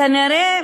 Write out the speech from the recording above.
כנראה,